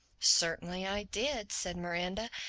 certainly i did, said miranda.